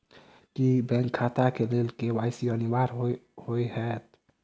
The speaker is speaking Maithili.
की बैंक खाता केँ लेल के.वाई.सी अनिवार्य होइ हएत?